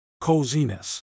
coziness